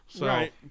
Right